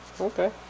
Okay